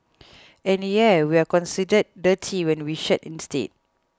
and yeah we're considered dirty when we shed instead